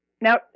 Now